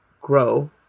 grow